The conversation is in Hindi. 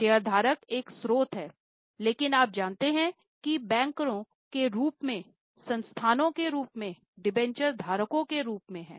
शेयरधारक एक स्रोत है लेकिन आप जानते हैं कि बैंकरों के रूप में संस्थानों के रूप में डिबेंचर धारकों के रूप में हैं